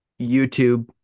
YouTube